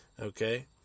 Okay